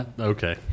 Okay